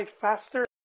faster